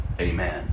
Amen